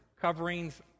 coverings